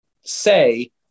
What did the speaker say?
say